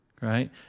right